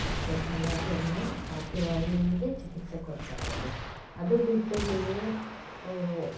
ಸ್ಪೆಷಲ್ಲಾಗಿ ಅಂದರೆ ಪಾರ್ಶ್ವವಾಯೂಗೆ ಚಿಕಿತ್ಸೆ ಕೊಡ್ತಾರೆ ಇಲ್ಲಿ ಅದು ಬಿಟ್ಟು ನೀವು